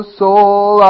soul